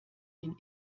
den